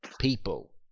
people